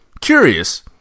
curious